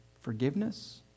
forgiveness